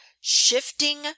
shifting